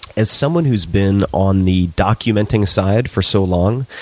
as someone who's been on the documenting side for so long,